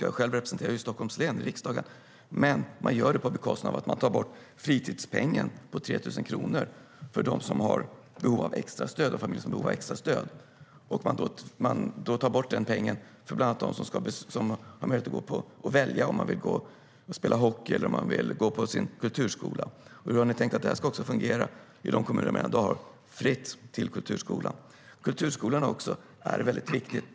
Jag själv representerar ju Stockholms län i riksdagen, men det sker på bekostnad av att fritidspengen på 3 000 kronor för de familjer som har behov av extra stöd tas bort. Pengen tas bort bland annat för dem som har möjlighet att välja om de vill spela hockey eller gå på kulturskolan. Hur är det tänkt att fungera i de kommuner som har fri kulturskola? Kulturskolan är viktig.